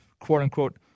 quote-unquote